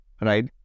Right